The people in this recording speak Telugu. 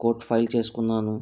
కోర్ట్ ఫైల్ చేసుకున్నాను